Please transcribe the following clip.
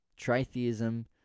Tritheism